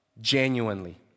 genuinely